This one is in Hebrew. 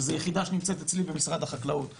שזה יחידה שנמצאת אצלי במשרד החקלאות אחראית,